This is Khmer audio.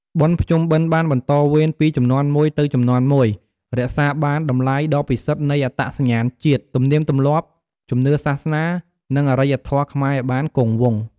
បុណ្យភ្ជុំបិណ្ឌបានបន្តវេនពីជំនាន់មួយទៅជំនាន់មួយ រក្សានូវតម្លៃដ៏ពិសិដ្ឋនៃអត្តសញ្ញាណជាតិ ទំនៀមទម្លាប់ ជំនឿសាសនា និងអរិយធម៌ខ្មែរឲ្យបានគង់វង្ស។